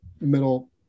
middle